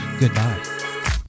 goodbye